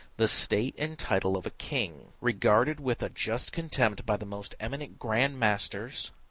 the state and title of a king regarded with a just contempt by the most eminent grand masters,